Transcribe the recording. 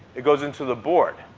it goes into the board,